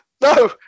no